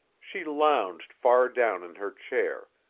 she lounged far down in her chair,